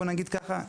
בוא נגיד כך,